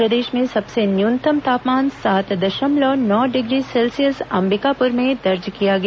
प्रदेश में सबसे न्यूनतम तापमान सात दशमलव नौ डिग्री सेल्सियस अंबिकापुर में दर्ज किया गया